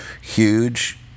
huge